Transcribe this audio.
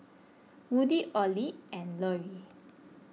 Woody Ollie and Loree